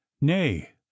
nay